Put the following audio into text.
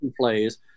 Plays